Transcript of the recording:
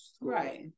right